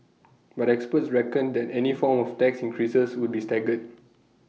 but experts reckoned that any form of tax increases would be staggered